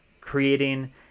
creating